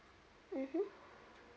mmhmm